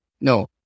no